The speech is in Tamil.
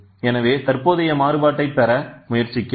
எனவே தற்போதைய மாறுபாட்டை பெற முயற்சிக்கிறோம்